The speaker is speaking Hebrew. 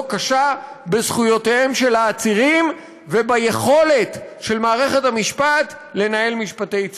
קשה בזכויות העצירים וביכולת של מערכת המשפט לנהל משפטי צדק.